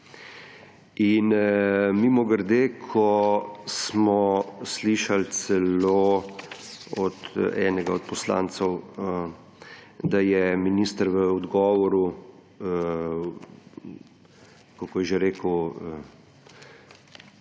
Mimogrede, ko smo slišali celo od enega od poslancev, da je minister v odgovoru, kako je že rekel,